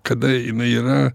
kada jinai yra